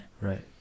Right